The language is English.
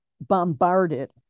bombarded